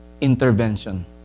intervention